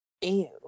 Ew